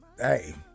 hey